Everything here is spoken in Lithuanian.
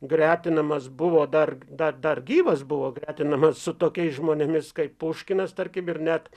gretinamas buvo dar dar dar gyvas buvo gretinamas su tokiais žmonėmis kaip puškinas tarkim ir net